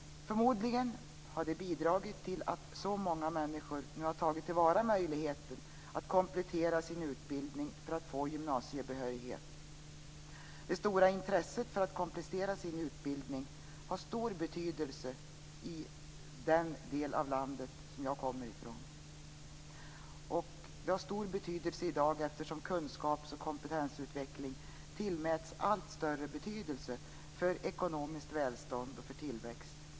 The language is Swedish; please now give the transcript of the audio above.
Förmodligen har det bidragit till att så många människor nu har tagit till vara möjligheten att komplettera sin utbildning för att få gymnasiebehörighet. Det stora intresset för att komplettera sin utbildning har stor betydelse i den del av landet som jag kommer från. Det har stor betydelse i dag eftersom kunskap och kompetensutveckling tillmäts allt större betydelse för ekonomiskt välstånd och för tillväxt.